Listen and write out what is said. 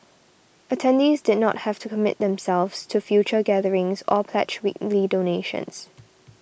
attendees did not have to commit themselves to future gatherings or pledge weekly donations